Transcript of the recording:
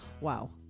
Wow